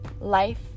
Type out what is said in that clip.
life